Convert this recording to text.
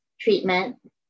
treatment